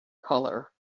color